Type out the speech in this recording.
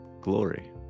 glory